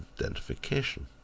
identification